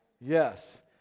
Yes